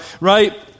right